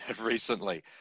recently